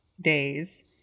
days